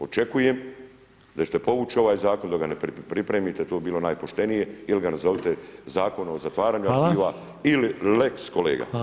Očekujem da ćete povući ovaj zakon dok ga ne pripremite, to bi bilo najpoštenije, ili ga nazovite zakon o zatvaranju arhiva ili lex kolega.